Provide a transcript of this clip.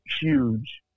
huge